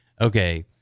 okay